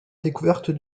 découverte